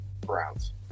Browns